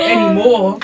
Anymore